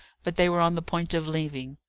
but they were on the point of leaving.